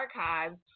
archives